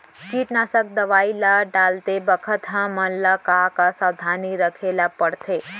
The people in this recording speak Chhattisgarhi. कीटनाशक दवई ल डालते बखत हमन ल का का सावधानी रखें ल पड़थे?